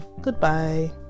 goodbye